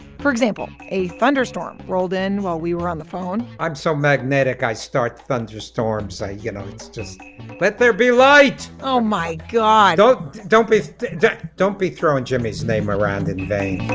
for example, a thunderstorm rolled in while we were on the phone i'm so magnetic, i start thunderstorms. i you know, it's just let there be light oh, my god don't be don't be throwing jimmy's name around in vain